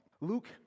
Luke